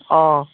অঁ